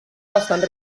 bastant